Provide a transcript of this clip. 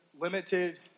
limited